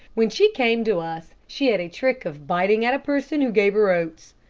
when she came to us, she had a trick of biting at a person who gave her oats.